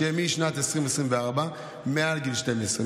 שמשנת 2024 מעל גיל 12,